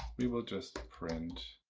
we will just print